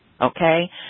Okay